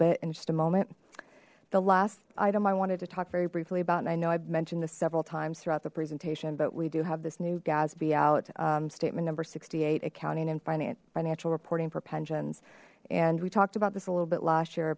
bit in just a moment the last item i wanted to talk very briefly about and i know i've mentioned this several times throughout the presentation but we do have this new gatsby out statement number sixty eight accounting and finance financial reporting for pensions and we talked about this a little bit last year